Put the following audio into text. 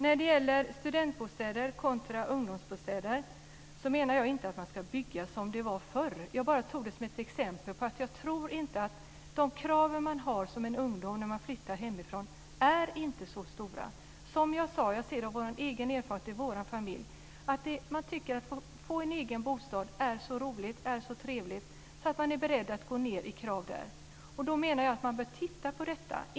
När det gäller studentbostäder kontra ungdomsbostäder menar jag inte att man ska bygga som det var förr. Jag bara tog det som exempel på att de krav som unga människor har när de flyttar hemifrån inte är så stora. Som jag sade, är detta min egen erfarenhet i vår familj. Man tycker att det är så roligt och trevligt att få en egen bostad att man är beredd att gå ned i krav. Därför bör vi titta på detta.